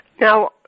Now